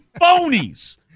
phonies